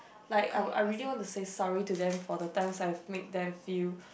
like I would I really want to say sorry to them for the times I've made them feel